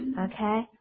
Okay